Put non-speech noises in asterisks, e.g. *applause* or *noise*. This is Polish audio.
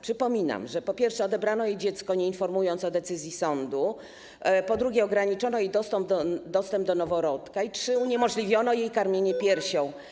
Przypominam, że po pierwsze, odebrano jej dziecko, nie informując o decyzji sądu, po drugie, ograniczono jej dostęp do noworodka, i po trzecie, *noise* uniemożliwiono jej karmienie piersią.